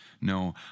No